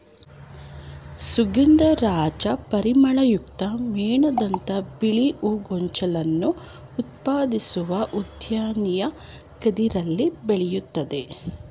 ಸುಗಂಧರಾಜ ಪರಿಮಳಯುಕ್ತ ಮೇಣದಂಥ ಬಿಳಿ ಹೂ ಗೊಂಚಲನ್ನು ಉತ್ಪಾದಿಸುವ ಉದ್ದನೆಯ ಕದಿರಲ್ಲಿ ಬೆಳಿತದೆ